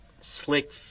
slick